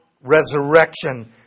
resurrection